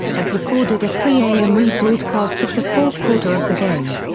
had recorded a three a m. re-broadcast of the fourth quarter of the game.